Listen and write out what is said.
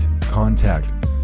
contact